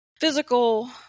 physical